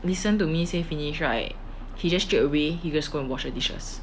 listen to me say finish like he just straight away he just go and wash the dishes